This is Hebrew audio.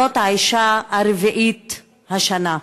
זאת האישה הרביעית השנה,